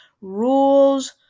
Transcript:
rules